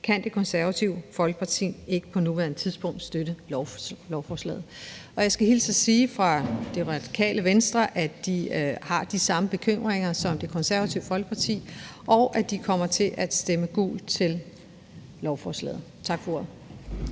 kan Det Konservative Folkeparti ikke på nuværende tidspunkt støtte lovforslaget. Jeg skal hilse at sige fra Radikale Venstre, at de har de samme bekymringer som Det Konservative Folkeparti, og at de kommer til at stemme gult til lovforslaget. Tak for ordet.